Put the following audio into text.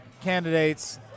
candidates